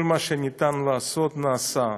כל מה שניתן לעשות נעשה,